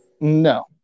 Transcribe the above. No